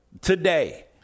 Today